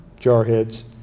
jarheads